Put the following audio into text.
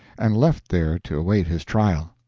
and left there to await his trial.